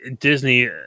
Disney